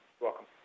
Welcome